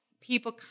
people